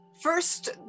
First